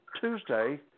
Tuesday